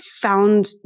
found